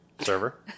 server